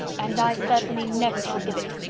and i certainly never shall give it.